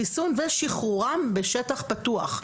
חיסון ושחרורם בשטח פתוח.